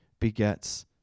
begets